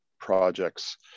projects